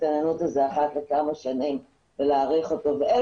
ההסתננות הזה אחת לכמה שנים ולהאריך אותו ואין